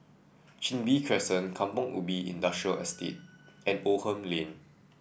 Chin Bee Crescent Kampong Ubi Industrial Estate and Oldham Lane